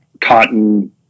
cotton